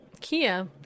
Kia